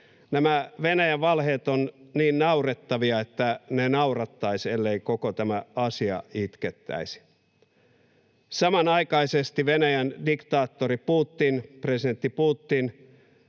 nämä Venäjän valheet ovat niin naurettavia, että ne naurattaisivat, ellei koko tämä asia itkettäisi. Samanaikaisesti Venäjän diktaattori Putin, presidentti Putin,